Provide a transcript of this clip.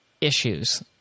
issues